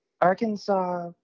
Arkansas